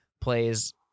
plays